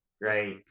right